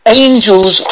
angels